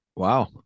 Wow